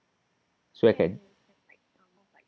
so I can